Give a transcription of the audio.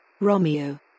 Romeo